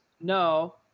no